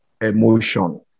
emotion